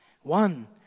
one